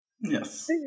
Yes